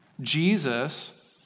Jesus